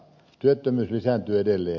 työttömyys lisääntyy edelleen